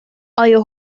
آیا